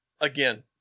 again